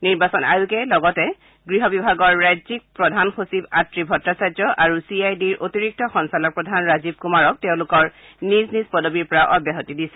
নিৰ্বাচন আয়োগে লগতে গৃহ বিভাগৰ ৰাজ্যিক প্ৰধান সচিব আত্ৰি ভট্টাচাৰ্য আৰু চি আই ডিৰ অতিৰিক্ত সঞ্চালকপ্ৰধান ৰাজীৱ কুমাৰক তেওঁলোকৰ নিজ নিজ পদবীৰ পৰা অব্যাহতি দিছে